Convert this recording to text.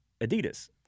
Adidas